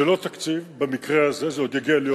זה לא תקציב במקרה הזה, זה עוד יגיע להיות תקציב.